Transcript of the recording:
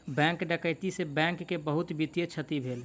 bank डकैती से bank के बहुत वित्तीय क्षति भेल